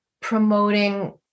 promoting